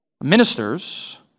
Ministers